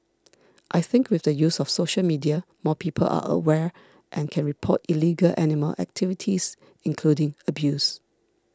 I think with the use of social media more people are aware and can report illegal animal activities including abuse